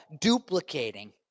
duplicating